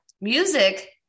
music